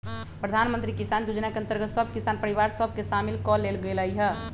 प्रधानमंत्री किसान जोजना के अंतर्गत सभ किसान परिवार सभ के सामिल क् लेल गेलइ ह